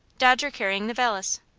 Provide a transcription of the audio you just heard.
dodger carrying the valise.